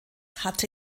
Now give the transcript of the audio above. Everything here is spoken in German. hatte